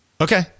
Okay